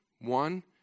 One